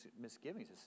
misgivings